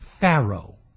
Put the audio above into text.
Pharaoh